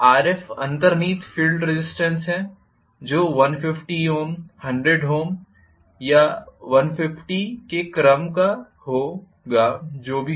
Rf अंतर्निहित field resistance है जो 150 Ω 100 Ω या 150 Ω के क्रम का होगा जो भी हो